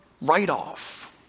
write-off